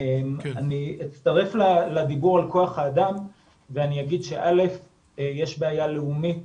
אצטרף לדיבור על כוח האדם ואגיד שיש בעיה לאומית